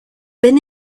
been